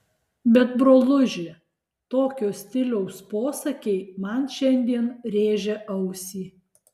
bet broluži tokio stiliaus posakiai man šiandien rėžia ausį